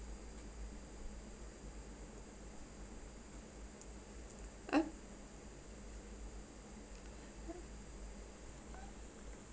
uh